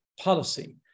policy